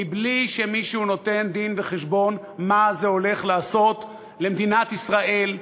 מבלי שמישהו נותן דין-וחשבון מה זה הולך לעשות למדינת ישראל,